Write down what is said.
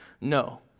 No